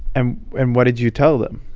and and what did you tell them?